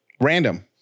Random